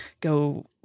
go